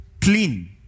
Clean